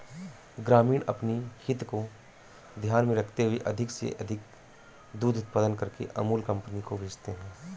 ग्रामीण अपनी हित को ध्यान में रखते हुए अधिक से अधिक दूध उत्पादन करके अमूल कंपनी को भेजते हैं